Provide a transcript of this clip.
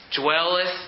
dwelleth